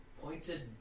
pointed